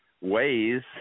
ways